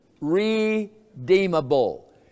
redeemable